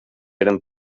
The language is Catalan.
eren